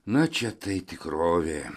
nu čia tai tikrovė